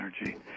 energy